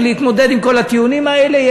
עם כל הטיעונים האלה.